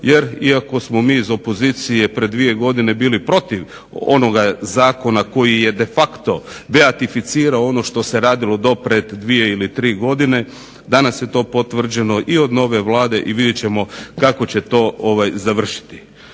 jer iako smo mi iz opozicije pred dvije godine bili protiv onoga zakona koji je de facto beatificirao ono što se radilo do pred dvije ili tri godine danas je to potvrđeno i od nove Vlade i vidjet ćemo kako će to završiti.